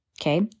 Okay